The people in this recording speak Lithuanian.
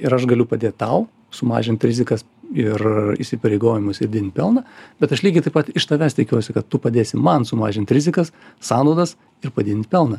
ir aš galiu padėt tau sumažint rizikas ir įsipareigojimus ir didint pelną bet aš lygiai taip pat iš tavęs tikiuosi kad tu padėsi man sumažint rizikas sąnaudas ir padidint pelną